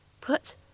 put